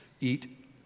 eat